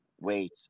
wait